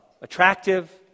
Attractive